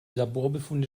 laborbefunde